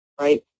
right